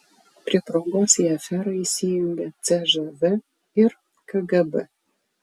prie progos į aferą įsijungia cžv ir kgb